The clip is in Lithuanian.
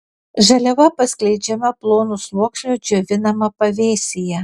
žaliava paskleidžiama plonu sluoksniu džiovinama pavėsyje